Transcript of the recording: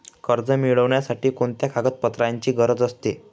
कर्ज मिळविण्यासाठी कोणत्या कागदपत्रांची गरज असते?